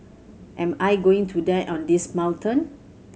am I going to die on this mountain